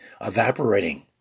evaporating